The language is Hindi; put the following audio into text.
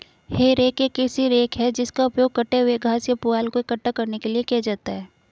हे रेक एक कृषि रेक है जिसका उपयोग कटे हुए घास या पुआल को इकट्ठा करने के लिए किया जाता है